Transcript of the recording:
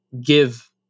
give